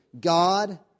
God